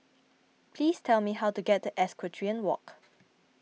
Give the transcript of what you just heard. please tell me how to get to Equestrian Walk